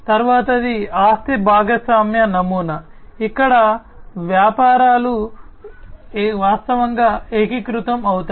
తరువాతిది ఆస్తి భాగస్వామ్య నమూనా ఇక్కడ వ్యాపారాలు వాస్తవంగా ఏకీకృతం అవుతాయి